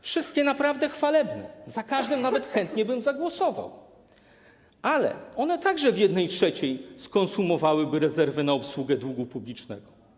Wszystkie naprawdę chwalebne, za każdym nawet chętnie bym zagłosował, ale one także w 1/3 skonsumowałyby rezerwę na obsługę długu publicznego.